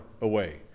away